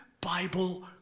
Bible